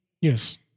Yes